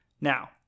Now